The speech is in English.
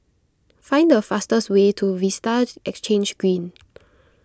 find the fastest way to Vista Exhange Green